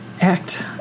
act